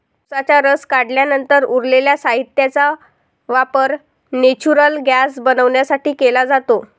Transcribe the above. उसाचा रस काढल्यानंतर उरलेल्या साहित्याचा वापर नेचुरल गैस बनवण्यासाठी केला जातो